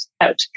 out